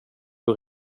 och